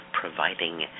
providing